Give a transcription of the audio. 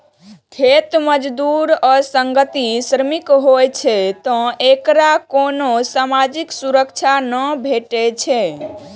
खेत मजदूर असंगठित श्रमिक होइ छै, तें एकरा कोनो सामाजिक सुरक्षा नै भेटै छै